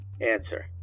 Answer